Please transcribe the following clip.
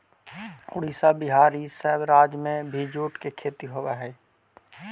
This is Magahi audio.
उड़ीसा, बिहार, इ सब राज्य में भी जूट के खेती होवऽ हई